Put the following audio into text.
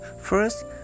First